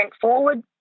forward